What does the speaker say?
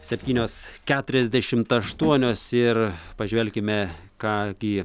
septynios keturiasdešimt aštuonios ir pažvelkime ką gi